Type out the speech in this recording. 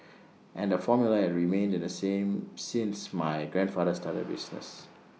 and the formula have remained the same since my grandfather started the business